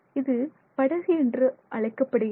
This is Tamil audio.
இது படகு என்று அழைக்கப்படுகிறது